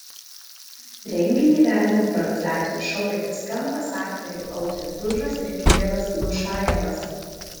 renginį veda improvizacijų šou kitas kampas aktoriai audrius bružas ir kirilas glušajevas